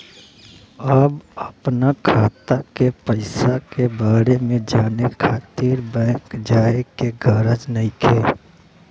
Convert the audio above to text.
अब अपना खाता के पईसा के बारे में जाने खातिर बैंक जाए के गरज नइखे